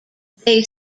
they